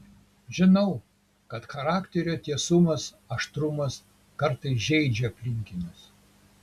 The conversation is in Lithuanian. žinau kad charakterio tiesumas aštrumas kartais žeidžia aplinkinius